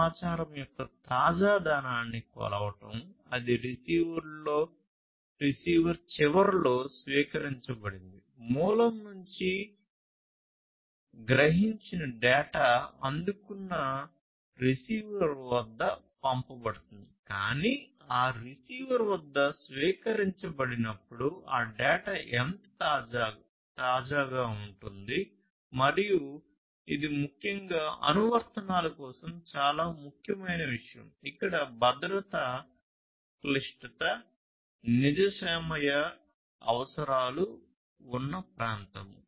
సమయస్ఫూర్తి అవసరాలు ఉన్న ప్రాంతము